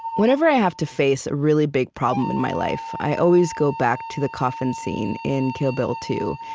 whenever i have to face a really big problem in my life, i always go back to the coffin scene in kill bill two,